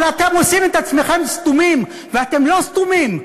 אבל אתם עושים את עצמכם סתומים, ואתם לא סתומים.